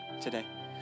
today